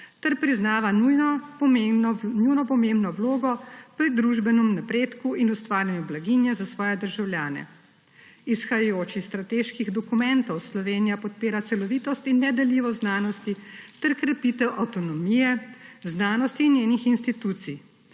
ter priznava nujno pomembno vlogo pri družbenem napredku in ustvarjanju blaginje za svoje državljane. Izhajajoč iz strateških dokumentov Slovenija podpira celovitost in nedeljivost znanosti ter krepitev avtonomije znanosti in njenih institucij,